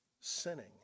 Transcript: sinning